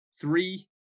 three